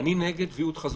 אני נגד ויעוד חזותי,